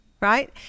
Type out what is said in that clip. Right